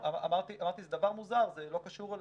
רגע, אמרתי שזה דבר מוזר, זה לא קשור לזה.